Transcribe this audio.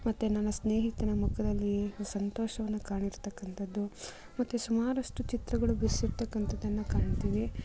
ಮತ್ತು ನನ್ನ ಸ್ನೇಹಿತನ ಮುಖದಲ್ಲಿ ಸಂತೋಷವನ್ನು ಕಾಣಿರ್ತಕ್ಕಂಥದ್ದು ಮತ್ತೆ ಸುಮಾರಷ್ಟು ಚಿತ್ರಗಳು ಬಿಡಿಸಿರ್ತಕ್ಕಂಥದ್ದನ್ನು ಕಾಣ್ತೀವಿ